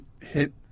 hit